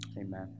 Amen